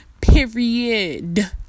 Period